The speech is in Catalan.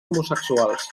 homosexuals